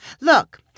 Look